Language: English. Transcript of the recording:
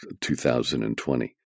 2020